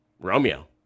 Romeo